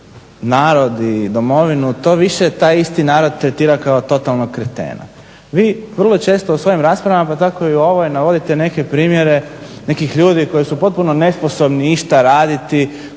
narod i domovinu to više taj isti narod tretira kao totalnog kretena. Vi vrlo često u svojim raspravama pa tako i u ovoj navodite neke primjere nekih ljudi koji su potpuno nesposobni išta raditi